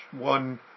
one